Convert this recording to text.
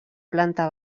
planta